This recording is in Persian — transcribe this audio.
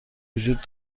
وجود